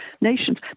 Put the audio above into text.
nations